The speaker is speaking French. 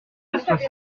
soixante